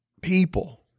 people